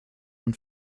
und